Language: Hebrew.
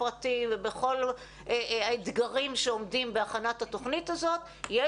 הפרטים ובכל האתגרים שעומדים בהכנת התוכנית הזאת יש